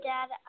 Dad